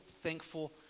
thankful